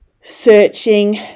searching